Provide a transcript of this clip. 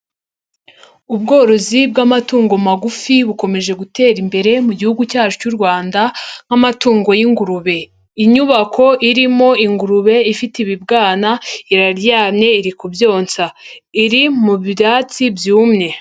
Ubworozi bw'amatungo magufi bukomeje gutera imbere mu gihugu cyacu cy'u Rwanda nk'amatungo y'ingurube. Inyubako irimo ingurube ifite ibibwana, iraryanmye, iri kubyonsa. Iri mu byatsi byumye.